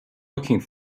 looking